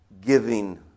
giving